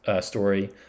story